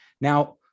Now